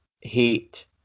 hate